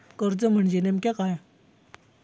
कर्ज म्हणजे नेमक्या काय?